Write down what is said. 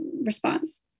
response